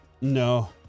No